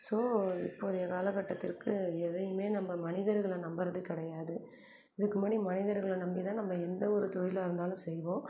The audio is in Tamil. ஸோ இப்போதைய காலக்கட்டத்திற்கு எதையுமே நம்ப மனிதர்களை நம்பறது கிடையாது இதுக்கு முன்னாடி மனிதர்களை நம்பிதான் நம்ம எந்த ஒரு தொழிலாக இருந்தாலும் செய்வோம்